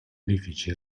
edifici